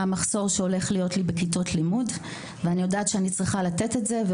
המחסור שהולך להיות לי בכיתות לימוד ואני יודעת שאני צריכה לתת את זה.